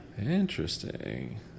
Interesting